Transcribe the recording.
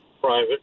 private